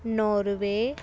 Norway